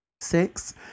Six